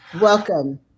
welcome